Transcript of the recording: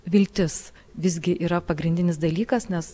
viltis visgi yra pagrindinis dalykas nes